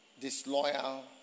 disloyal